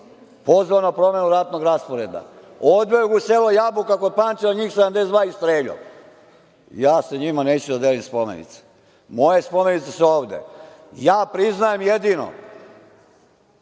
Pozvao na promenu ratnog rasporeda, odveo u selo Jabuka kod Pančeva, njih 72 i streljao. Ja sa njima neću da delim spomenice. Moje spomenice su ovde. Ja priznajem jedino